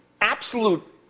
absolute